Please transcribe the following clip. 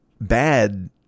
bad